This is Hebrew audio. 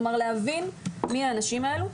כלומר, להבין מי האנשים האלה.